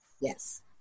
yes